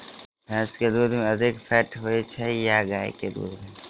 भैंस केँ दुध मे अधिक फैट होइ छैय या गाय केँ दुध में?